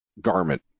garment